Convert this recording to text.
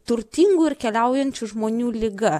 turtingų ir keliaujančių žmonių liga